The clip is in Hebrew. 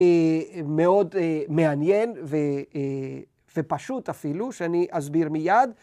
‫מאוד מעניין ופשוט אפילו, ‫שאני אסביר מיד.